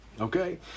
okay